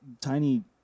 tiny